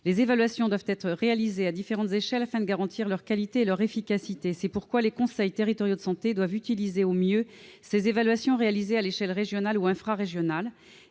Les évaluations doivent être réalisées à différentes échelles afin de garantir leur qualité et leur efficacité. C'est pourquoi les conseils territoriaux de santé doivent utiliser au mieux ces évaluations réalisées à l'échelle régionale ou infrarégionale,